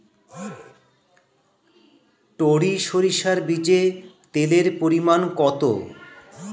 টরি সরিষার বীজে তেলের পরিমাণ কত?